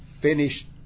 finished